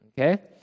Okay